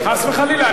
חס וחלילה,